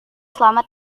selama